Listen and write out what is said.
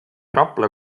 rapla